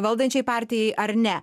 valdančiai partijai ar ne